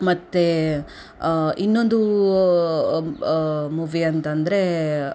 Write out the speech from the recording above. ಮತ್ತೆ ಇನ್ನೊಂದು ಮೂವಿ ಅಂತ ಅಂದ್ರೆ